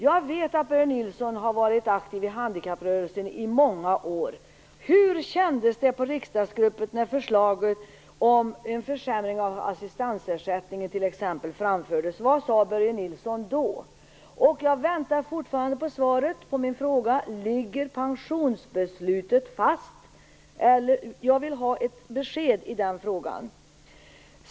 Jag vet att Börje Nilsson har varit aktiv i handikapprörelsen i många år. Hur kändes det på riksdagsgruppsmötet när t.ex. förslaget om en försämring av assistansersättningen framfördes? Vad sade Börje Nilsson då? Jag väntar fortfarande på svaret på min fråga. Ligger pensionsbeslutet fast? Jag vill ha ett besked i den frågan.